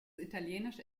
italienisch